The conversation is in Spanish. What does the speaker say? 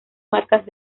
marcas